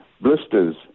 blisters